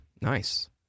Nice